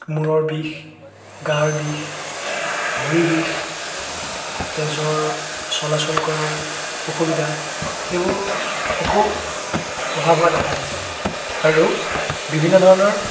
মূৰৰ বিষ গাৰ বিষ ভৰি বিষ তেজৰ চলাচল কৰাৰ অসুবিধা সেইবোৰ একো প্ৰভাৱ হোৱা দেখা নাযায় আৰু বিভিন্ন ধৰণৰ